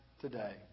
today